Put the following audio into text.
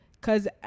Cause